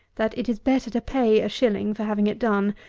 that it is better to pay a shilling for having it done,